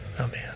Amen